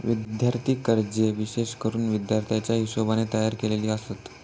विद्यार्थी कर्जे विशेष करून विद्यार्थ्याच्या हिशोबाने तयार केलेली आसत